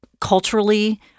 culturally